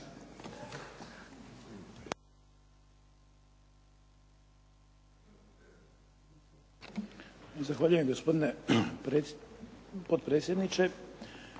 Zahvaljujem gospodine potpredsjedniče.